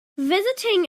visiting